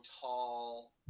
tall